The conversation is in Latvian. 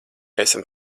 esam